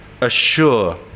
assure